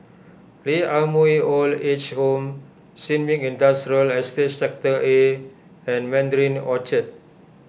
Lee Ah Mooi Old Age Home Sin Ming Industrial Sector A and Mandarin Orchard